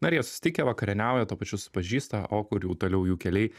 na ir jie susitikę vakarieniauja tuo pačiu susipažįsta o kur jau toliau jų keliai